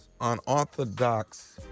Unorthodox